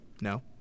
No